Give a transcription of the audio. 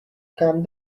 come